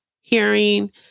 hearing